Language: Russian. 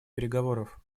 переговоров